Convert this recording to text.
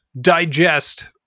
digest